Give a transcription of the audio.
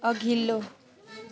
अघिल्लो